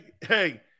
Hey